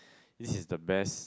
this is the best